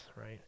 right